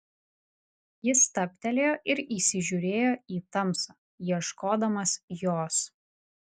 jis stabtelėjo ir įsižiūrėjo į tamsą ieškodamas jos